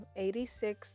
86